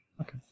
Okay